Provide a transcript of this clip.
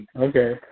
Okay